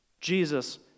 Jesus